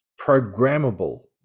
Programmable